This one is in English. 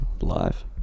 live